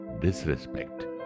disrespect